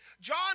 John